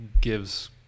gives